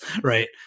right